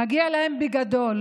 מגיע להם בגדול,